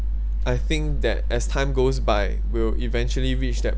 I think that as time goes by we'll eventually reach that